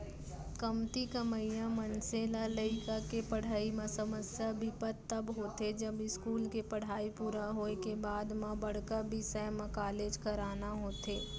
कमती कमइया मनसे ल लइका के पड़हई म समस्या बिपत तब होथे जब इस्कूल के पड़हई पूरा होए के बाद म बड़का बिसय म कॉलेज कराना होथे